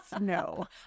no